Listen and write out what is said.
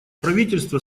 правительство